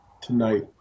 tonight